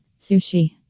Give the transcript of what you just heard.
Sushi